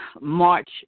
March